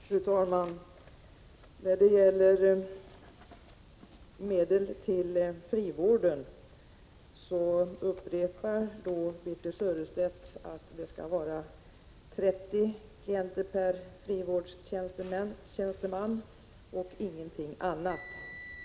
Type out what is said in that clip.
Fru talman! När det gäller medel till frivården upprepar Birthe Sörestedt att det skall vara 30 klienter per frivårdstjänsteman och ingenting annat.